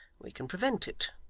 we can prevent it,